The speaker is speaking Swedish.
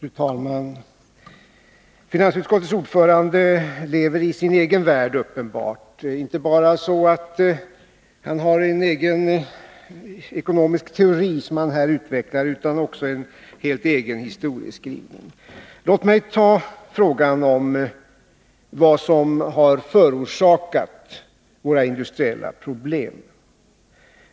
Fru talman! Finansutskottets ordförande lever uppenbarligen i sin egen värld — inte bara så att han har en egen ekonomisk teori, som han här utvecklar, utan han har också en helt egen historieskrivning. Låt mig för det första ta frågan om vad som har förorsakat våra industriella problem.